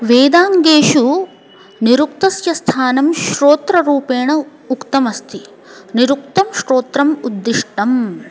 वेदाङ्गेषु निरुक्तस्य स्थानं श्रोत्ररूपेण उक्तमस्ति निरुक्तं श्रोत्रम् उद्दिष्टं